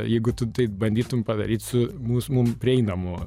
jeigu tu tai bandytum padaryt su mus mums prieinamu